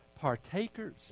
partakers